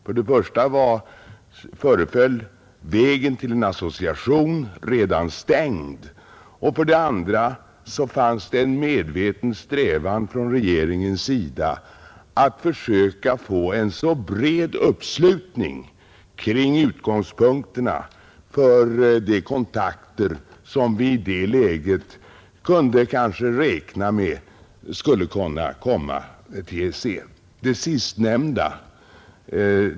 För det första föreföll vägen till en association redan stängd, och för det andra fanns det en medveten strävan från regeringens sida att försöka få en så bred uppslutning som möjligt kring utgångspunkterna för de kontakter med EEC, som vi i det läget kanske kunde räkna med.